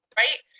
right